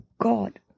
God